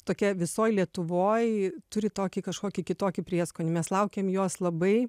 tokia visoj lietuvoj turi tokį kažkokį kitokį prieskonį mes laukėm jos labai